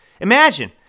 Imagine